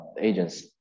agents